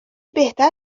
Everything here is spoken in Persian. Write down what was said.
بهتر